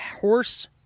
horse